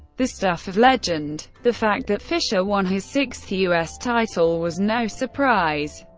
the stuff of legend. the fact that fischer won his sixth u s. title was no surprise.